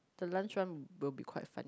the lunch one will be quite funny